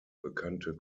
bekannte